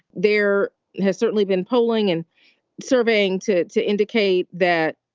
there has certainly been polling and surveying to to indicate that,